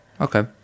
okay